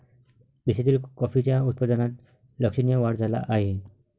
देशातील कॉफीच्या उत्पादनात लक्षणीय वाढ झाला आहे